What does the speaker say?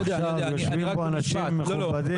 עכשיו יושבים פה אנשים מכובדים,